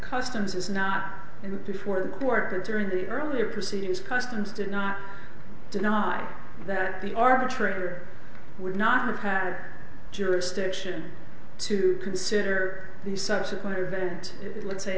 customs is not and before the court during the earlier proceedings customs did not deny that the arbitrator would not have had jurisdiction to consider the subsequent event let's say